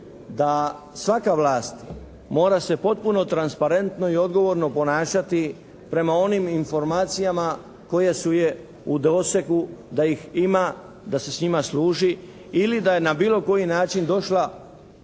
da svaka vlasat mora se potpuno transparentno i odgovorno ponašati prema onim informacijama koje su je u dosegu da ih ima, da se s njima služi ili da je na bilo koji način došla